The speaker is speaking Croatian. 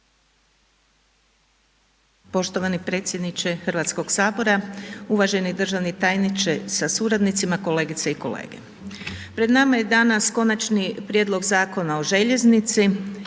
Poštovani predsjedniče Hrvatskog sabora, uvaženi državni tajniče sa suradnicima kolegice i kolege. Pred nama je danas Konačni prijedlog Zakona o željeznici